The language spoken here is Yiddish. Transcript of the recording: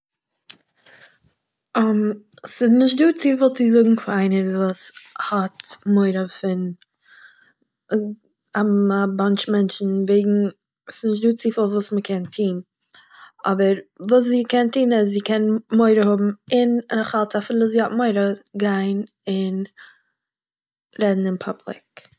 ס'איז נישטא צופיל צו זאגן פאר איינע וואס האט מורא פון א באנטש אוו מענטשן וועגן ס'איז נישטא צופיל וואס מען קען טוהן, אבער וואס זי קען טוהן איז, זי קען מורא האבן און, איך האלט אז אפילו זי האט מורא - גיין און רעדן אין פאבליק